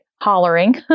hollering